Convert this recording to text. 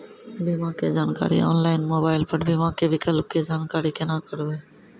बीमा के जानकारी ऑनलाइन मोबाइल पर बीमा के विकल्प के जानकारी केना करभै?